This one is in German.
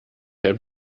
ein